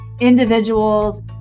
individuals